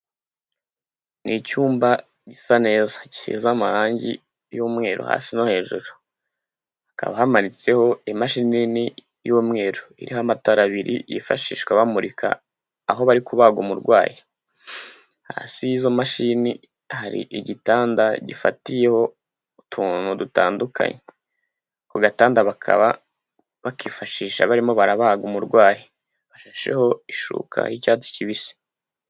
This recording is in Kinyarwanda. Ni icyumba gisa neza gisize amarangi y'umweru hasi no hejuru, hakaba hamanitseho imashini nini y'umweru iriho amatara abiri yifashishwa bamurika aho bari kubaga umurwayi, hasi y'izo mashini hari igitanda gifatiyeho utuntu dutandukanye, ako gatanda bakaba bakifashisha barimo barabaga umurwayi, bashasheho ishuka y'icyatsi kibisi.